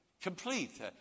complete